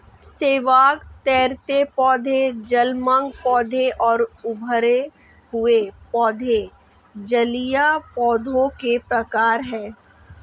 शैवाल, तैरते पौधे, जलमग्न पौधे और उभरे हुए पौधे जलीय पौधों के प्रकार है